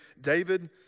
David